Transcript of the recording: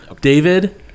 david